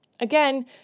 Again